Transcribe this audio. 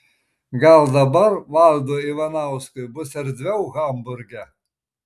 gal dabar valdui ivanauskui bus erdviau hamburge